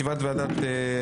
אני פותח את ישיבת ועדת הכנסת.